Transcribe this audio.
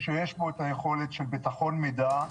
שיש בו את היכולת של ביטחון מידע,